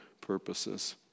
purposes